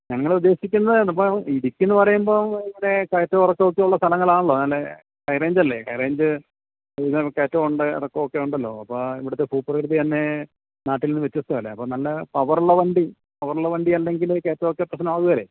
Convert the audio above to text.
ഞങ്ങൾ ഉദ്ദേശിക്കുന്ന ഇതിപ്പോൾ ഇടുക്കീന്ന് പറയുമ്പോൾ അവിടെ കയറ്റോം ഇറക്കമൊക്കെ ഉള്ള സ്ഥലങ്ങളാണല്ലോ നല്ല ഹൈ റേഞ്ചല്ലേ ഹൈ റേഞ്ച് കൂടുതൽ കയറ്റമോ ഉണ്ട് ഇറക്കമൊക്കെ ഉണ്ടല്ലോ അപ്പം ഇവിടുത്തെ ഭൂപ്രകൃതി തന്നെ നാട്ടിൽ നിന്ന് വ്യത്യസ്ത അല്ലേ അപ്പം നല്ല പവറുള്ള വണ്ടി പവറുള്ള വണ്ടിയുണ്ടെങ്കിൽ കയറ്റമൊക്കെ പെട്ടെന്ന് ആവുകേലെ